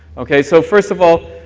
okay? so, first of all,